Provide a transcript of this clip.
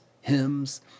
hymns